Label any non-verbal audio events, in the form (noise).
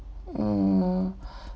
mm uh (breath)